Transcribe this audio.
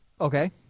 Okay